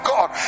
God